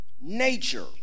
nature